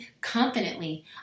confidently